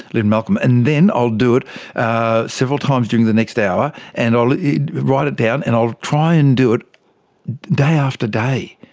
lynne malcolm. and then i'll do it several times during the next hour and i'll write it down and i'll try and do it day after day.